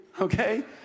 Okay